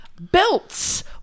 Belts